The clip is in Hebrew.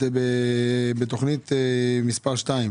בתוכנית מספר 2,